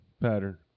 pattern